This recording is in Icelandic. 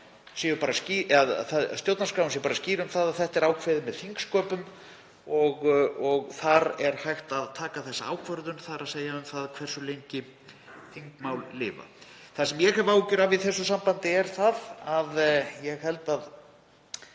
stjórnarskráin sé skýr um að þetta sé ákveðið með þingsköpum og þar sé hægt að taka þessa ákvörðun, þ.e. um það hversu lengi þingmál lifa. Það sem ég hef áhyggjur af í þessu sambandi er að ég held,